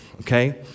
okay